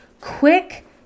quick